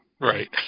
Right